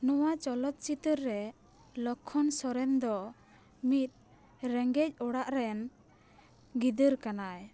ᱱᱚᱣᱟ ᱪᱚᱞᱚᱛ ᱪᱤᱛᱟᱹᱨ ᱨᱮ ᱞᱚᱠᱷᱚᱱ ᱥᱚᱨᱮᱱ ᱫᱚ ᱢᱤᱫ ᱨᱮᱸᱜᱮᱡ ᱚᱲᱟᱜ ᱨᱮᱱ ᱜᱤᱫᱟᱹᱨ ᱠᱟᱱᱟᱭ